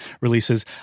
releases